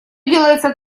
делается